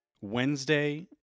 Wednesday